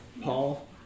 Paul